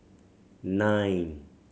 nine